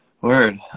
Word